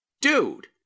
Dude